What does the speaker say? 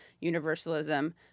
universalism